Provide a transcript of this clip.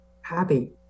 happy